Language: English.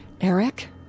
Eric